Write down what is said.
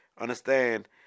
understand